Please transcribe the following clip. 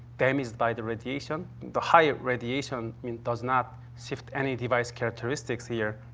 damaged by the radiation. the higher radiation does not shift any device characteristics here.